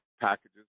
packages